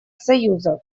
союза